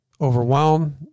overwhelmed